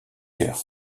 chœur